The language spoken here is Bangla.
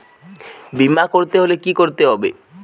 বিমা করতে হলে কি করতে হবে?